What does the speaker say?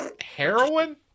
heroin